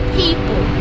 people